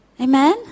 Amen